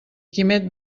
quimet